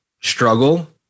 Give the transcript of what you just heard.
struggle